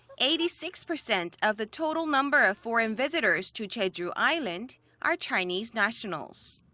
eighty six percent of the total number of foreign visitors to jeju island are chinese nationals.